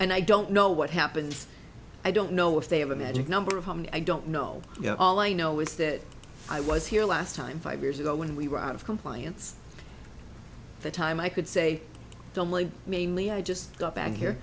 and i don't know what happens i don't know if they have a magic number of how many i don't know you know all i know is that i was here last time five years ago when we were out of compliance the time i could say the only mainly i just got back here